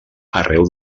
arreu